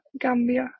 Gambia